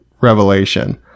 revelation